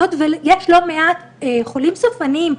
היות ויש לא מעט חולים סופניים,